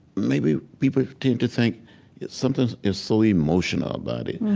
maybe people tend to think something is so emotional about it.